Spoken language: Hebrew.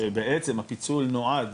שבעצם הפיצול נועד